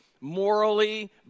morally